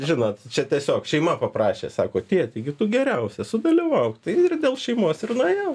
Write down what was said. žinot čia tiesiog šeima paprašė sako tėti gi tu geriausia sudalyvauk tai ir dėl šeimos ir nuėjau